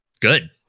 Good